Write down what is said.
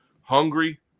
hungry